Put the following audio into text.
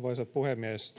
Arvoisa puhemies!